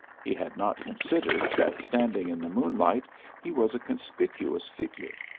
he had not considered that standing in the moonlight he was a conspicuous figure.